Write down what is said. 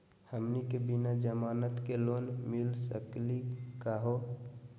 हमनी के बिना जमानत के लोन मिली सकली क हो?